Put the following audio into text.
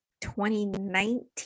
2019